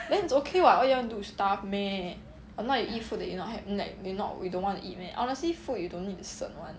then it's okay [what] what you wanna do starve meh or not you eat food that you not have like you not we don't want to eat meh honestly food you don't need to 省 [one]